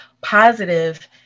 Positive